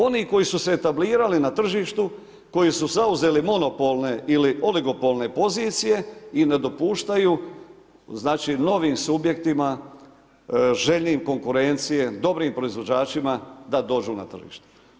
Onih koji su se etablirali na tržištu koji su zauzeli monopolne ili oligopolne pozicije i ne dopuštaju novim subjektima željnim konkurencije, dobrim proizvođačima da dođu na tržište.